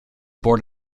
born